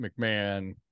McMahon